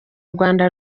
rwanda